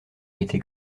été